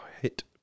hit